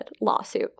lawsuit